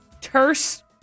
terse